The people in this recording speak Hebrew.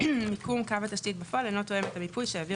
מיקום קו התשתית בפועל אינו תואם את המיפוי שהעביר